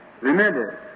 Remember